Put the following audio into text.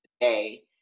today